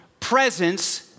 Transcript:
Presence